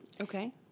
Okay